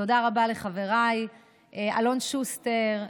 תודה רבה לחבריי אלון שוסטר,